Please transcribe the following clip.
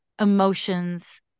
emotions